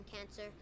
cancer